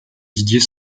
didier